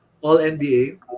All-NBA